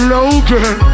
Logan